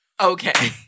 Okay